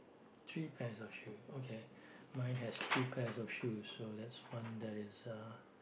three pairs of shoe okay mine has two pairs of shoes so that's one that is uh